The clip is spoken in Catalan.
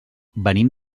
venim